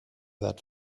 that